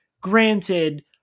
granted